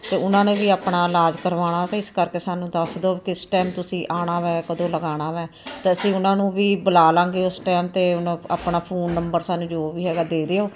ਅਤੇ ਉਹਨਾਂ ਨੇ ਵੀ ਆਪਣਾ ਇਲਾਜ ਕਰਵਾਉਣਾ ਤਾਂ ਇਸ ਕਰਕੇ ਸਾਨੂੰ ਦੱਸ ਦਓ ਕਿਸ ਟਾਈਮ ਤੁਸੀਂ ਆਉਣਾ ਹੈ ਕਦੋਂ ਲਗਾਉਣਾ ਹੈ ਤਾਂ ਅਸੀਂ ਉਹਨਾਂ ਨੂੰ ਵੀ ਬੁਲਾ ਲਵਾਂਗੇ ਉਸ ਟਾਈਮ 'ਤੇ ਉਹਨਾਂ ਆਪਣਾ ਫੋਨ ਨੰਬਰ ਸਾਨੂੰ ਜੋ ਵੀ ਹੈਗਾ ਦੇ ਦਿਓ